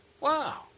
Wow